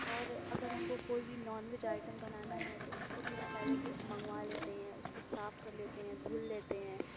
اور اگر ہم کو کوئی بھی نان ویج آئٹم بنانا ہے تو اُس کو بھی ہم پہلے سے منگوا لیتے ہیں اُس کو صاف کر لیتے ہیں دُھل لیتے ہیں